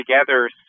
together